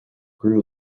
grew